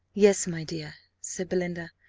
yes, my dear, said belinda.